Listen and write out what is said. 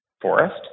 forest